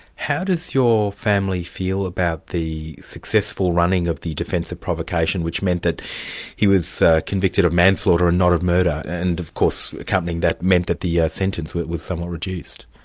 how does your family feel about the successful running of the defence of provocation, which meant that he was so convicted of manslaughter and not of murder, and of course accompanying that meant that the yeah sentence was somewhat reduced.